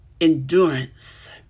endurance